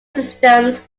systems